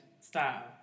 style